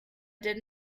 did